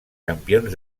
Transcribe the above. campions